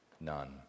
None